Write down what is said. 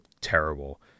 terrible